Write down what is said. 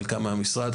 חלקם מהמשרד,